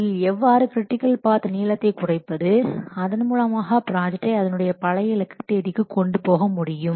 முதலில் எவ்வாறு critical path நீளத்தை குறைப்பது அதன் மூலமாக ப்ராஜெக்டை அதனுடைய பழைய இலக்கு தேதிக்கு கொண்டு போக முடியும்